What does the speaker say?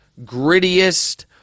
grittiest